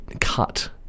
cut